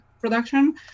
production